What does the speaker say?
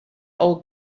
old